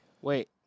Wait